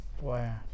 Wow